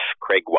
Craig